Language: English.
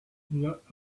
let